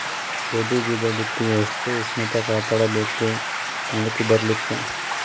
ಗೋಧಿ ಬೀಜ ಬಿತ್ತಿ ಎಷ್ಟ ಉಷ್ಣತ ಕಾಪಾಡ ಬೇಕು ಮೊಲಕಿ ಬರಲಿಕ್ಕೆ?